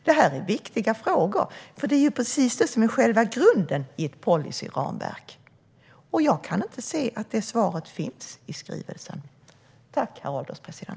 Det är viktiga frågor, för det är precis det som är själva grunden i ett policyramverk, och jag kan inte se att svaren finns i skrivelsen.